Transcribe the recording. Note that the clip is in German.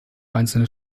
einzelne